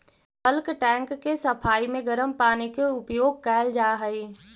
bulk tank के सफाई में गरम पानी के उपयोग कैल जा हई